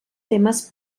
temes